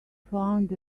found